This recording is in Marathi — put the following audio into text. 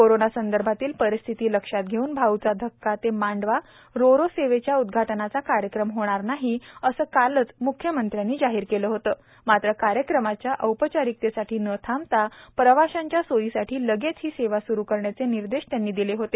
कोरोना संदर्भातील परिस्थिती लक्षात घेता भाऊचा धक्का ते मांडवा रो रो सेवेच्या उद्घाटनाचा कार्यक्रम होणार नाही असे कालच म्ख्यमंत्र्यांनी जाहीर केले होते मात्र कार्यक्रमाच्या औपचारिकतेसाठी न थांबता प्रवाशांच्या सोयीसाठी लगेच ही सेवा स्रू करण्याचे निर्देश त्यांनी दिले होते